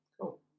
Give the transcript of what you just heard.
Cool